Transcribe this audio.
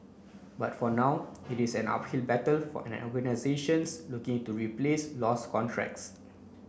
but for now it is an uphill battle for organisations looking to replace lost contracts